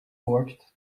folgt